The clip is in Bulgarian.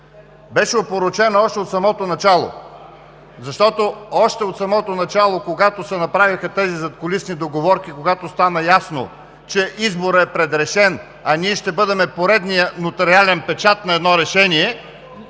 беше опорочена още от самото начало. От самото начало, когато се направиха тези задкулисни договорки, когато стана ясно, че изборът е предрешен, а ние ще бъдем поредният нотариален печат на едно решение,